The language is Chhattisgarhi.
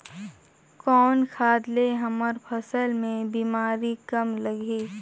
कौन खाद ले हमर फसल मे बीमारी कम लगही?